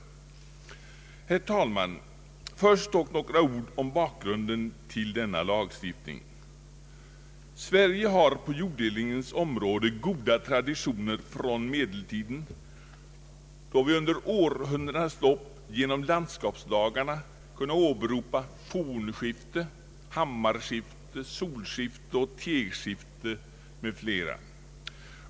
Herr talman! Först dock några ord om bakgrunden till denna lagstiftning. Sverige har på jorddelningens område goda traditioner från medeltiden, då vi under århundradenas lopp genom landskapslagarna kan åberopa fornskifte, hammarskifte, solskifte, tegskifte m.fl. skiften.